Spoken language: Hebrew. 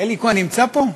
אלי כהן נמצא פה?